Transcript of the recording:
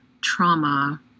trauma